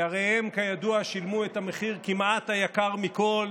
שהרי הם, כידוע, שילמו את המחיר כמעט היקר מכול.